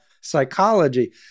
psychology